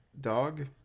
dog